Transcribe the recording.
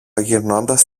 γυρνώντας